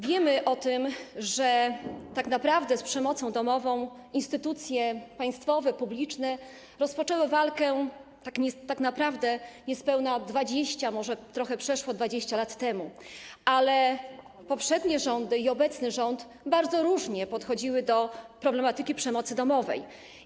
Wiemy o tym, że tak naprawdę z przemocą domową instytucje państwowe, publiczne rozpoczęły walkę niespełna 20, może trochę przeszło 20 lat temu, ale poprzednie rządy i obecny rząd bardzo różnie podchodziły do problematyki przemocy domowej.